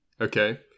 Okay